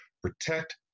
protect